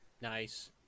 nice